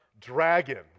dragon